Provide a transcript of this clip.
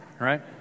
right